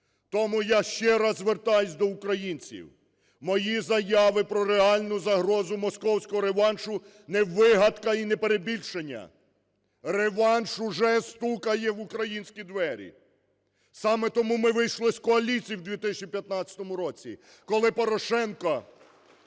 Тому я ще раз звертаюся до українців. Мої заяви про реальну загрозу московського реваншу не вигадка і не перебільшення. Реванш вже стукає в українські двері. Саме тому ми вийшли з коаліції в 2015 році, коли Порошенко